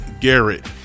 Garrett